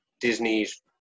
disney's